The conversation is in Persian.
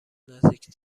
نزدیک